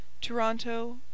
Toronto